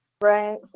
right